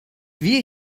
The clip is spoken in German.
wir